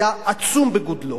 היה עצום בגודלו.